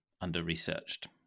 under-researched